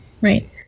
Right